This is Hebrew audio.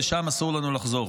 לשם אסור לנו לחזור.